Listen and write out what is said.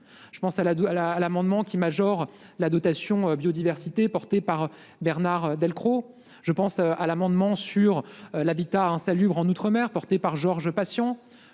la à la à l'amendement qui majore la dotation biodiversité porté par Bernard Delcros, je pense à l'amendement sur l'habitat insalubre en outre-mer porté par Georges Patient.